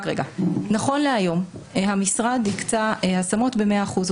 נכון להיום המשרד היקצה השמות במאה אחוזים.